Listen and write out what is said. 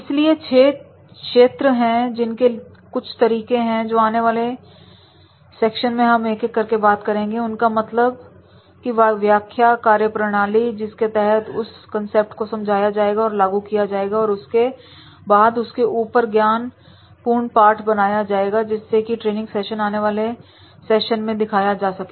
इसलिए 6 चेत्र हैं जिनके लिए कुछ तरीके हैं जो आने वाले सेक्शन में हम एक एक करके बात करेंगे उनके मतलब की व्याख्याकार्यप्रणाली जिसके तहत उस कंसेप्ट को समझा जाएगा और लागू किया जाएगा उसके बाद उसके ऊपर ज्ञान पूर्ण पाठ बनाए जाएंगे जिससे कि ट्रेनिंग सेशन आने वाले फैशन में दिखाए जा सके